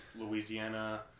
Louisiana